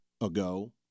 ago